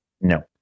No